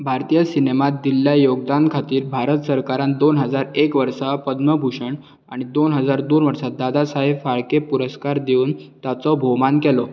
भारतीय सिनेमांत दिल्ल्या योगदान खातीर भारत सरकारान दोन हजार एक वर्सा पद्मभुषण आनी दोन हजार दोन वर्सा दादासाहेब फाळके पुरस्कार दिवन ताचो भोवमान केलो